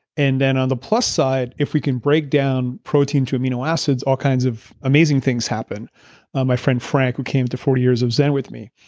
and then on the plus side, if we can break down protein to amino acids, all kinds of amazing things happen my friend frank, who came to forty years of zen with me,